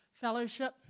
fellowship